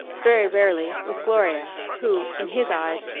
very rarely, with gloria, who, in his eyes,